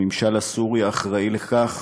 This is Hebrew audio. הממשל הסורי האחראי לכך